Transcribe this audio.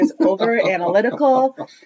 over-analytical